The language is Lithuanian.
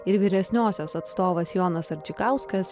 ir vyresniosios atstovas jonas arčikauskas